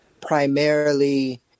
primarily